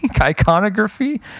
Iconography